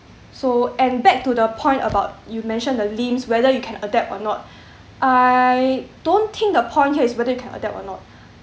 so and back to the point about you mentioned the limbs whether you can adapt or not I don't think the point here is whether you can adapt or not